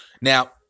Now